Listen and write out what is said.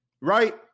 Right